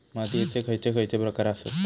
मातीयेचे खैचे खैचे प्रकार आसत?